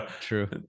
true